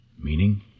meaning